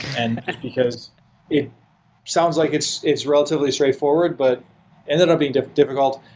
and and because it sounds like it's it's relatively straightforward, but ended up being difficult